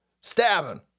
stabbing